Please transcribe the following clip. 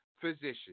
physician